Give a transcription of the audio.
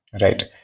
right